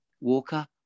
Walker